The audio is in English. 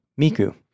Miku